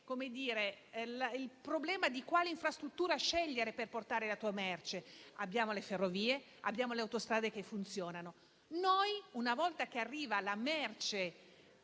il problema di quale infrastruttura scegliere per portare la merce: vi sono ferrovie e autostrade che funzionano. Noi, una volta che arriva la merce